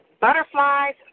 Butterflies